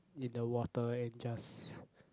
in the water and just